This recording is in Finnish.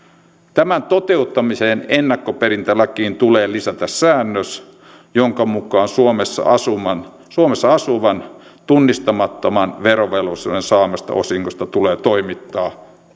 tämän toteuttamiseksi ennakkoperintälakiin tulee lisätä säännös jonka mukaan suomessa asuvan suomessa asuvan tunnistamattoman verovelvollisen saamasta osingosta tulee toimittaa